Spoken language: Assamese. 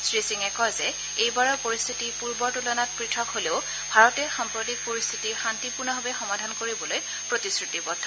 শ্ৰীসিঙে কয় যে এইবাৰৰ পৰিস্থিতি পূৰ্বৰ তূলনাত পথক হলেও ভাৰতে সাম্প্ৰতিক পৰিস্থিতি শান্তিপূৰ্ণভাৱে সমাধান কৰিবলৈ প্ৰতিশ্ৰুতিবদ্ধ